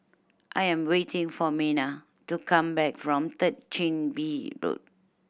I am waiting for Minna to come back from Third Chin Bee Road